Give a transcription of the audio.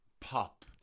pop